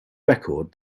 record